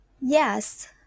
Yes